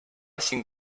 cinc